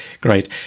Great